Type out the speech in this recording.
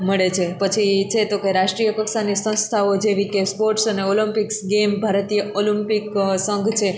મળે છે પછી છે તો કે રાષ્ટ્રિય કક્ષાની સંસ્થાઓ જેવી કે સ્પોર્ટ્સ અને ઓલમ્પિકસ ગેમ્સ ભારતીય ઓલમ્પિક સંઘ છે